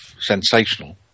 sensational